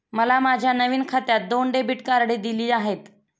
मला माझ्या नवीन खात्यात दोन डेबिट कार्डे दिली आहेत